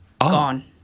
Gone